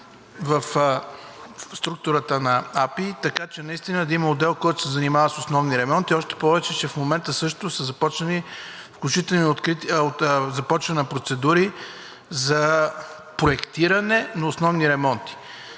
в структурата на АПИ, така че наистина да има отдел, който да се занимава с основни ремонти. Още повече че в момента също са започнали, включително на процедури, за проектиране на основни ремонти.